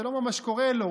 זה לא ממש קורא לו,